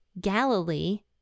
Galilee